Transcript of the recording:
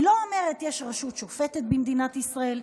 היא לא אומרת: יש רשות שופטת במדינת ישראל,